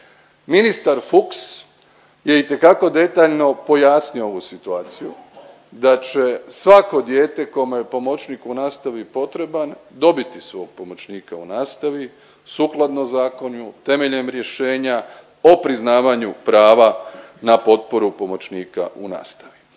Ministar Fuchs je itekako detaljno pojasnio ovu situaciju da će svako dijete kome je pomoćnik u nastavi potreban dobiti svog pomoćnika u nastavi sukladno zakonu, temeljem rješenja o priznavanju prava na potporu pomoćnika u nastavi.